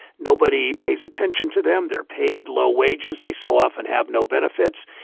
nobody pays attention to them. they're paid low wages. they so often have no benefits.